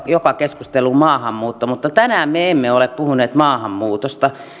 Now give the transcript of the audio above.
joka keskusteluun maahanmuuton mutta tänään me emme ole puhuneet maahanmuutosta